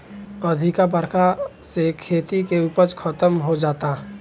अधिका बरखा से खेती के उपज खतम हो जाता